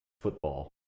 football